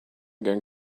going